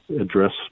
address